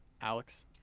Alex